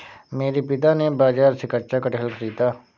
मेरे पिता ने बाजार से कच्चा कटहल खरीदा